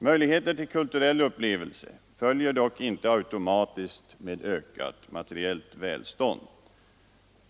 Möjligheter till kulturella upplevelser följer dock inte automatiskt med ökat materiellt välstånd.